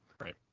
Right